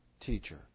teacher